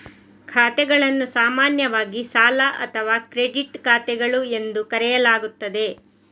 ಖಾತೆಗಳನ್ನು ಸಾಮಾನ್ಯವಾಗಿ ಸಾಲ ಅಥವಾ ಕ್ರೆಡಿಟ್ ಖಾತೆಗಳು ಎಂದು ಕರೆಯಲಾಗುತ್ತದೆ